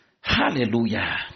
Hallelujah